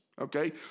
Okay